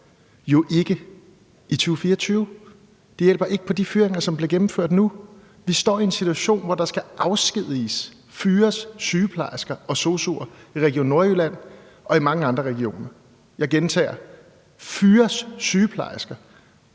jo ikke i 2024. Det hjælper ikke på de fyringer, som bliver gennemført nu. Vi står i en situation, hvor der skal afskediges, altså fyres, sygeplejersker og sosu'er i Region Nordjylland og i mange andre regioner. Jeg gentager: Der skal fyres sygeplejersker